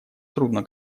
трудно